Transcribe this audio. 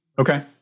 Okay